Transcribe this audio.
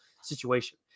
situation